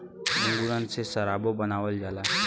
अंगूरन से सराबो बनावल जाला